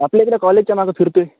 आपल्या इकडे कॉलेजच्या मागं फिरतो आहे